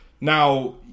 now